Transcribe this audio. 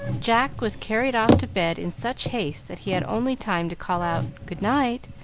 jack was carried off to bed in such haste that he had only time to call out, good-night!